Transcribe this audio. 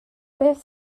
beth